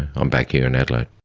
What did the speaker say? i'm back here in adelaide.